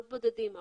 מאוד בודדים,